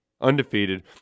Undefeated